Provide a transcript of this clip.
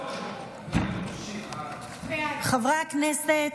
חברי הכנסת,